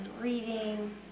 reading